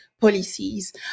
policies